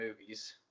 movies